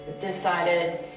decided